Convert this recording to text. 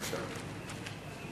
הדוברים.